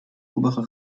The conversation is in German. obere